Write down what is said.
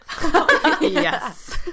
Yes